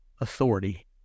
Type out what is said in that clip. authority